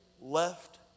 left